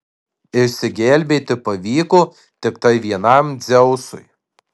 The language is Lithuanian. išsigelbėti pavyko tiktai vienam dzeusui